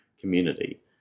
community